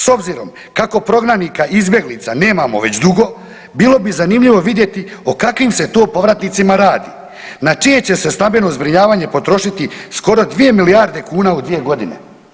S obzirom kako prognanika i izbjeglica nemamo već dugo bilo bi zanimljivo vidjeti o kakvim se to povratnicima radi, na čije će se stabilno zbrinjavanje potrošiti skoro 2 milijarde kuna u 2.g.